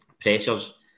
pressures